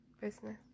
business